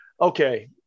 Okay